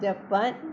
Japan